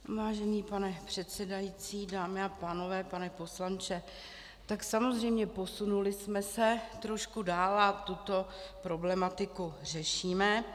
Vážený pane předsedající, dámy a pánové, pane poslanče, tak samozřejmě, posunuli jsme se trošku dál a tuto problematiku řešíme.